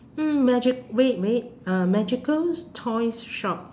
mm magic wait wait uh magical toys shop